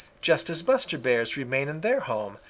just as buster bear's remain in their home,